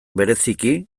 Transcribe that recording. bereziki